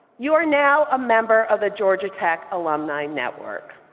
you are now a member of the georgia tech alumni network,